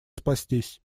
спастись